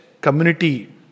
community